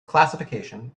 classification